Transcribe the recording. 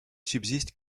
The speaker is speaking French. subsiste